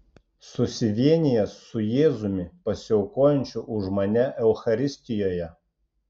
susivienijęs su jėzumi pasiaukojančiu už mane eucharistijoje